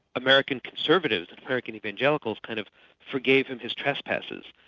american conservatives, and american evangelicals kind of forgave him his trespasses,